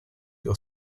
your